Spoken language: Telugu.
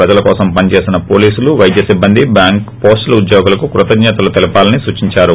ప్రజల కోసం పని చేస్తోన్న పోలీసులు వైద్య సిబ్బంది బ్యాంకు పోస్టల్ ఉద్యోగులకు కృతజ్ఞతలు తెలపాలని సూచిందారు